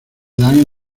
dan